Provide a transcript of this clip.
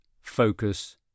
focus